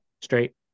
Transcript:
straight